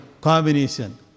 combination